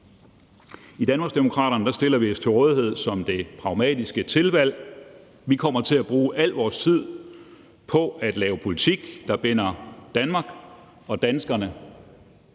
I Danmarksdemokraterne stiller vi os til rådighed som det pragmatiske tilvalg. Vi kommer til at bruge al vores tid på at lave politik, der binder Danmark og danskerne